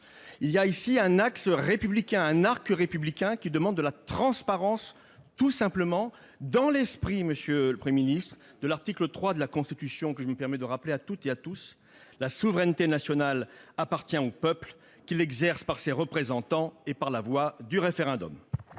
Il y a ici un axe républicain, un arc républicain, pour demander de la transparence, tout simplement, conformément à l'esprit, monsieur le Premier ministre, de l'article 3 de la Constitution, dont je me permets de rappeler les termes :« La souveraineté nationale appartient au peuple qui l'exerce par ses représentants et par la voie du référendum.